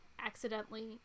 accidentally